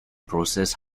process